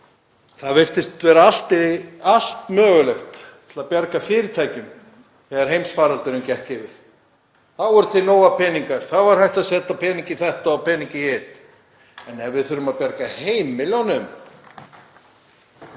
það virtist vera allt mögulegt til að bjarga fyrirtækjum þegar heimsfaraldurinn gekk yfir. Þá voru til nógir peningar, þá var hægt að setja pening í þetta og pening í hitt. En ef við þurfum að bjarga heimilunum